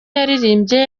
yaririmbye